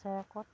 বছেৰেকত